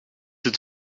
het